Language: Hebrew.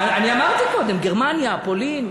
אני אמרתי קודם, בגרמניה, בפולין,